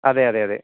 അതെ അതെ അതെ